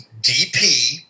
DP